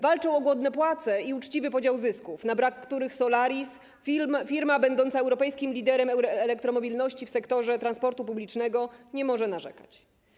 Walczą o godne płace i uczciwy podział zysków, na brak których Solaris, firma będąca europejskim liderem elektromobilności w sektorze transportu publicznego, nie może narzekać.